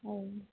ହଉ